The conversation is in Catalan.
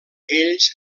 ells